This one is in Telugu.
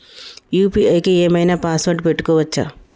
యూ.పీ.ఐ కి ఏం ఐనా పాస్వర్డ్ పెట్టుకోవచ్చా?